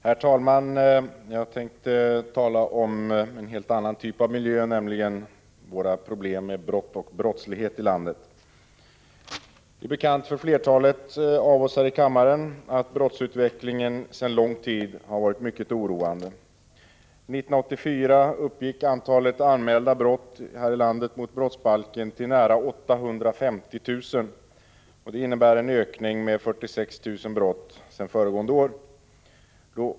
Herr talman! Jag tänkte tala om en helt annan typ av miljö, nämligen våra problem med brott och brottslighet i landet. Det är bekant för flertalet här i kammaren att brottsutvecklingen sedan lång tid har varit mycket oroande. 1984 uppgick antalet anmälda brott mot brottsbalken här i landet till nära 850 000. Det innebär en ökning med 46 000 brott sedan föregående år.